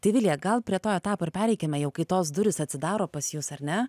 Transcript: tai vilija gal prie to etapo ir pereikime jau kai tos durys atsidaro pas jus ar ne